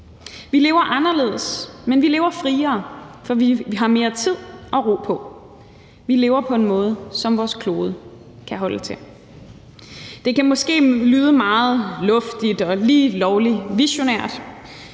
Vi lever anderledes, men vi lever friere, for vi har mere tid og ro på. Vi lever på en måde, som vores klode kan holde til. Det kan måske lyde meget luftigt og lige lovlig visionært,